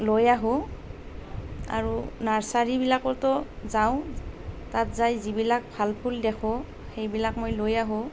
লৈ আহোঁ আৰু নাৰ্ছাৰিবিলাকতো যাওঁ তাত যাই যিবিলাক ভাল ফুল দেখোঁ সেইবিলাক মই লৈ আহোঁ